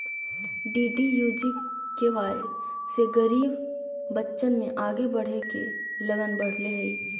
DDUGKY से गरीब बच्चन में आगे बढ़े के लगन बढ़ले हइ